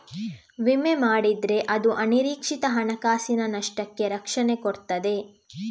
ವಿಮೆ ಮಾಡಿದ್ರೆ ಅದು ಅನಿರೀಕ್ಷಿತ ಹಣಕಾಸಿನ ನಷ್ಟಕ್ಕೆ ರಕ್ಷಣೆ ಕೊಡ್ತದೆ